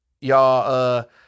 Y'all